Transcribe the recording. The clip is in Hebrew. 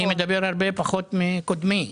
אני מדבר הרבה פחות מקודמי.